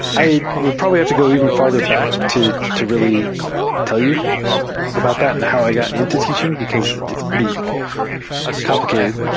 i will probably have to go even farther back to to really tell you about that and now i got into teaching, because it's pretty complicated.